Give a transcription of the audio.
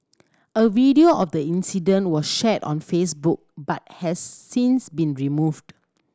a video of the incident was shared on Facebook but has since been removed